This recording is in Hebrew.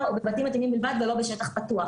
או בבתים מתאימים בלבד ולא בשטח פתוח,